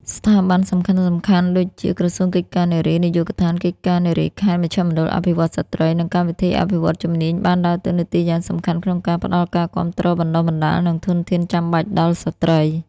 ស្ថាប័នសំខាន់ៗដូចជា ក្រសួងកិច្ចការនារី នាយកដ្ឋានកិច្ចការនារីខេត្ត មជ្ឈមណ្ឌលអភិវឌ្ឍន៍ស្ត្រី និងកម្មវិធីអភិវឌ្ឍន៍ជំនាញបានដើរតួនាទីយ៉ាងសំខាន់ក្នុងការផ្តល់ការគាំទ្រ បណ្តុះបណ្តាល និងធនធានចាំបាច់ដល់ស្ត្រី។